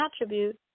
attribute